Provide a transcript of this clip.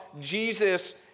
Jesus